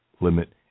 limit